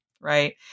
right